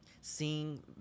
seeing